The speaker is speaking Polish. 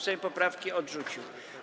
Sejm poprawki odrzucił.